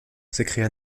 s’écria